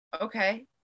okay